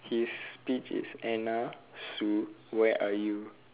his speech is Anna Sue where are you